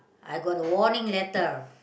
I got warning letter